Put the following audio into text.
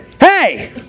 hey